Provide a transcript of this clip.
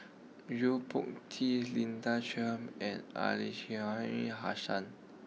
Yo Po Tee Linda Chiam and Hassan